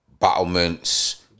battlements